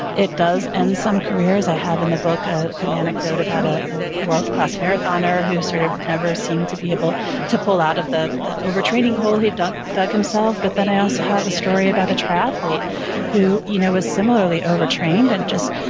it does end some careers. i have in the book ah an anecdote about ah a world-class marathoner who sort of never seemed to be able to pull out of the the overtraining hole he dug dug himself, but then i also have a story about a triathlete who is you know ah similarly overtrained and just,